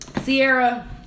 Sierra